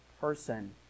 person